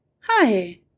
hi